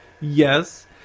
Yes